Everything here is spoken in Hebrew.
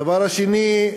הדבר השני,